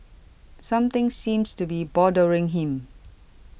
something seems to be bothering him